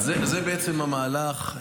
זה בעצם המהלך.